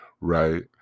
right